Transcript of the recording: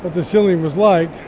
the ceiling was like,